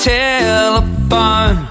telephone